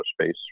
space